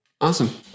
awesome